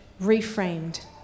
reframed